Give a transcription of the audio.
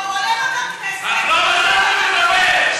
בתקופה,